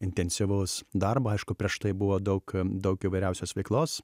intensyvaus darbo aišku prieš tai buvo daug daug įvairiausios veiklos